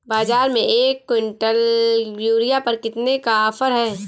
बाज़ार में एक किवंटल यूरिया पर कितने का ऑफ़र है?